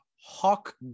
hawk